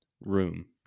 room